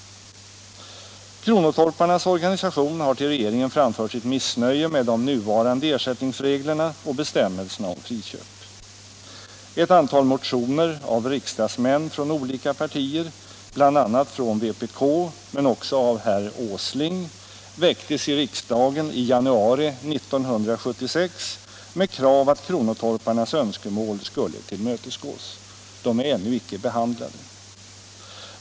Kronotorparnas organisation har till regeringen framfört sitt missnöje med de nuvarande ersättningsreglerna och bestämmelserna om friköp. Ett antal motioner av riksdagsmän från olika partier, bl.a. från vpk men också av herr Åsling, väcktes i januari 1976 med krav att kronotorparnas önskemål skulle tillmötesgås. Dessa motioner är ännu inte behandlade av riksdagen.